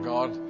God